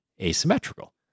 asymmetrical